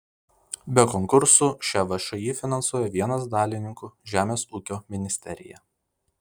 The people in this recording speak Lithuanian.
be konkursų šią všį finansuoja vienas dalininkų žemės ūkio ministerija